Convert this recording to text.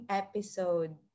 episode